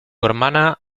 hermana